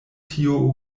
tio